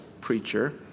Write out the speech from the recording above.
preacher